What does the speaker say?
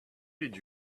did